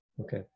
Okay